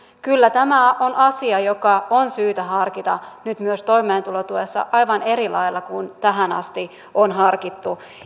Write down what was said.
kyllä tämä on asia joka on syytä harkita nyt myös toimeentulotuessa aivan eri lailla kuin tähän asti on harkittu